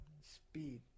Speed